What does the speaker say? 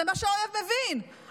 זה מה שהאויב מבין,